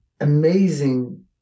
amazing